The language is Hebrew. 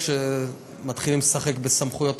כשמתחילים לשחק בסמכויות המשרד.